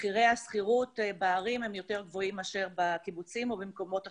מחירי השכירות בערים גבוהים יותר מאשר בקיבוצים או מקומות אחרים.